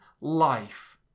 life